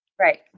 Right